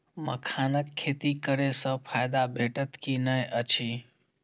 मखानक खेती करे स फायदा भेटत की नै अछि?